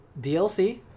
DLC